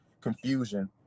confusion